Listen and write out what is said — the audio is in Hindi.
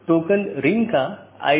इसलिए उनके बीच सही तालमेल होना चाहिए